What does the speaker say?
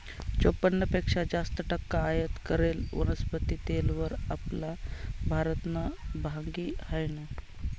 चोपन्न पेक्शा जास्त टक्का आयात करेल वनस्पती तेलवर आपला भारतनं भागी हायनं